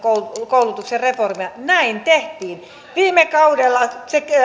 koulutuksen reformia näin tehtiin viime kaudella se